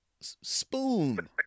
Spoon